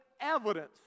evidence